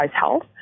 health